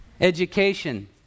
Education